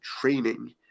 training